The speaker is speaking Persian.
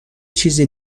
چیز